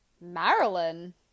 Marilyn